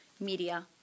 media